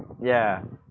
ya